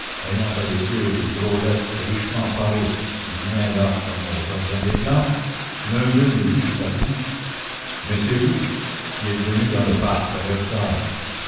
ayant avec eux des drôlesses richement parées qui venaient là comme au jardin des plantes l'un d'eux me dit tout à coup mais c'est vous qui êtes venue dans le parc à versailles